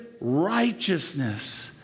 righteousness